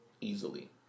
easily